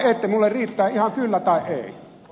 minulle riittää ihan kyllä tai ei